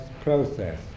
process